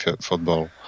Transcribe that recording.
football